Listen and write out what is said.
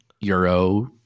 Euro